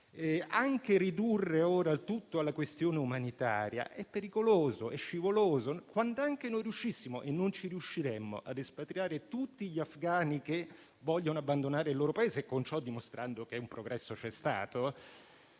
Anche ridurre ora tutto alla questione umanitaria è pericoloso e scivoloso: quand'anche riuscissimo - e non ci riusciremo - ad espatriare tutti gli afghani che vogliono abbandonare il loro Paese, con ciò dimostrando che un progresso c'è stato,